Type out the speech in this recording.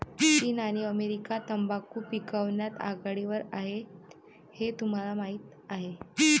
चीन आणि अमेरिका तंबाखू पिकवण्यात आघाडीवर आहेत हे तुम्हाला माहीत आहे